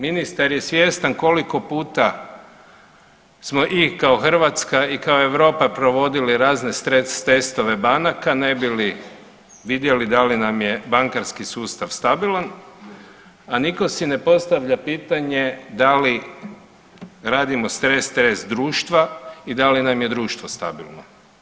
Ministar je svjestan koliko puta smo i kao Hrvatska i kao Europa provodili razne testove banaka ne bi li vidjeli da li nam je bankarski sustav stabilan, a niko si ne postavlja pitanje, da li radimo stres, stres društva i da li nam je društvo stabilno?